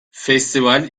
festival